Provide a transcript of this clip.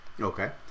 okay